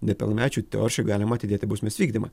nepilnamečiui teoriškai galima atidėti bausmės vykdymą